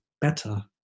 better